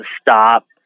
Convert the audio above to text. stop